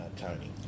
Tony